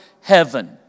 heaven